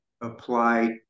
apply